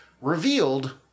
revealed